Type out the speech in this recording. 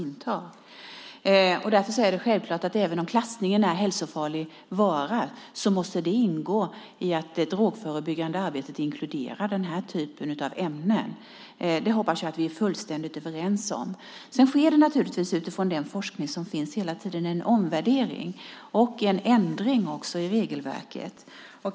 Det är därför självklart att även om klassningen är hälsofarlig vara så måste det drogförebyggande arbetet inkludera denna typ av ämnen. Det hoppas jag att vi är fullständigt överens om. Utifrån den forskning som finns sker det hela tiden en omvärdering och en ändring i regelverket.